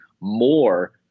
more